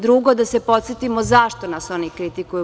Drugo, da se podsetimo zašto nas oni kritikuju?